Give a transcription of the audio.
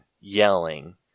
yelling